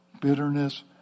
bitterness